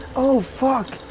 oh, fuck.